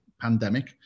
pandemic